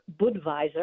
Budweiser